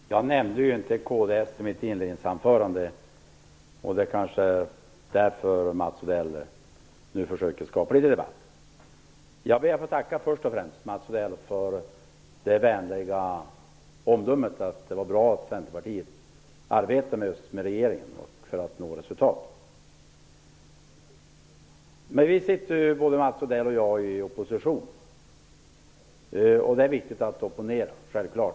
Fru talman! Jag nämnde ju inte kds i mitt inledningsanförande, och det är kanske därför Mats Odell nu försöker skapa litet debatt. Först och främst ber jag att få tacka Mats Odell för det vänliga omdömet att det var bra att Centerpartiet arbetar med regeringen för att nå resultat. Både Mats Odell och jag sitter i opposition, och självfallet är det viktigt att opponera.